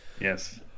yes